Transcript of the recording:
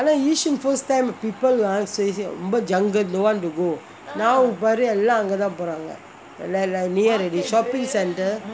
ஆனா:aanaa yishun first time people ah say ரொம்ப:romba jungle don't want to go now பாரு எல்லாம் அங்கே தான் போறாங்கே எல்லா:paaru ellam anggae thaan porangae ella near already shopping centre